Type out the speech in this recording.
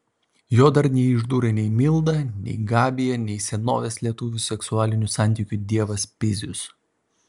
jo dar neišdūrė nei milda nei gabija nei senovės lietuvių seksualinių santykių dievas pizius